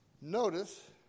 Notice